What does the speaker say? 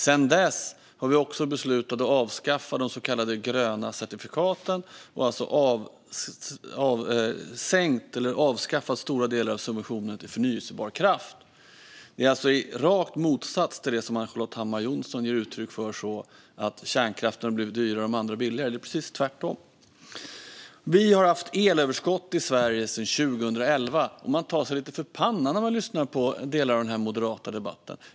Sedan dess har vi också beslutat att avskaffa de så kallade gröna certifikaten och har alltså avskaffat stora delar av subventionerna till förnybar kraft. Det är alltså raka motsatsen till det som Ann-Charlotte Hammar Johnsson ger uttryck för, att kärnkraften har blivit dyrare och de andra billigare. Det är precis tvärtom. Vi har haft elöverskott i Sverige sedan 2011. Man tar sig lite för pannan när man lyssnar på delar av de moderata argumenten i debatten.